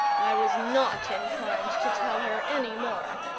i was not inclined to tell her any more,